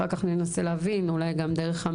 אחר כך ננסה להבין את זה,